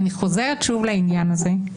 ואני חוזרת שוב לעניין הזה,